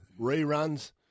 reruns